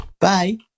Bye